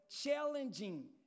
challenging